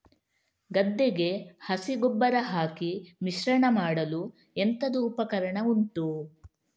ಗದ್ದೆಗೆ ಹಸಿ ಗೊಬ್ಬರ ಹಾಕಿ ಮಿಶ್ರಣ ಮಾಡಲು ಎಂತದು ಉಪಕರಣ ಉಂಟು?